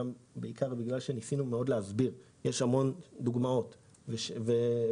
בעיקר בגלל שניסינו לפרט ולהסביר באמצעות דוגמאות ותרשימים.